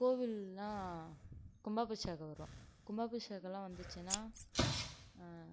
கோவிலெலாம் கும்பாபிஷேகம் வரும் கும்பாபிஷேகமெலாம் வந்துச்சுனால்